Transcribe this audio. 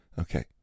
Okay